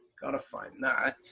gotta find that.